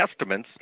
estimates